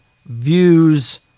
views